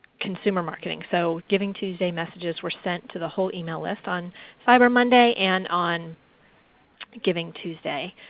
consumer marketing, so givingtuesday messages were sent to the whole email list on cyber monday and on givingtuesday